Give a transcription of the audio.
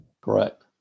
Correct